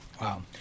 Wow